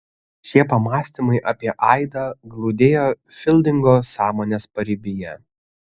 šie pamąstymai apie aidą glūdėjo fildingo sąmonės paribyje